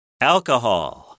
alcohol